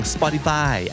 Spotify